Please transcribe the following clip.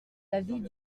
l’avis